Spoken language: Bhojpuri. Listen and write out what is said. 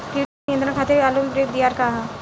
कीट नियंत्रण खातिर आलू में प्रयुक्त दियार का ह?